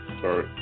sorry